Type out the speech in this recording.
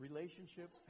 Relationship